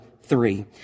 three